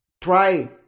try